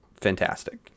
fantastic